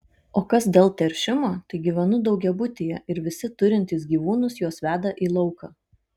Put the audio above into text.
o kas dėl teršimo tai gyvenu daugiabutyje ir visi turintys gyvūnus juos veda į lauką